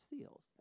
seals